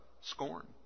scorn